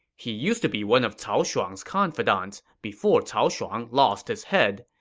he used to be one of cao shuang's confidants, before cao shuang lost his head.